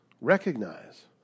recognize